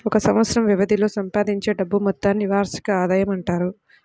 ఒక సంవత్సరం వ్యవధిలో సంపాదించే డబ్బు మొత్తాన్ని వార్షిక ఆదాయం అంటారు